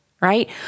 right